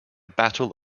battle